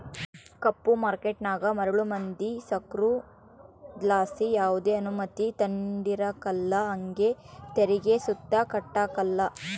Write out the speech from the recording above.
ಕಪ್ಪು ಮಾರ್ಕೇಟನಾಗ ಮರುಳು ಮಂದಿ ಸೃಕಾರುದ್ಲಾಸಿ ಯಾವ್ದೆ ಅನುಮತಿ ತಾಂಡಿರಕಲ್ಲ ಹಂಗೆ ತೆರಿಗೆ ಸುತ ಕಟ್ಟಕಲ್ಲ